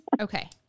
Okay